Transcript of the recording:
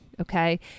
okay